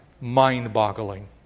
Mind-boggling